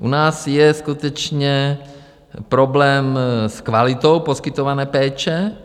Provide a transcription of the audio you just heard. U nás je skutečně problém s kvalitou poskytované péče.